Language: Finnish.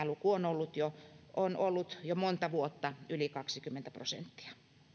luku on ollut jo monta vuotta yli kaksikymmentä prosenttia